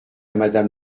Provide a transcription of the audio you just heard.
madame